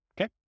okay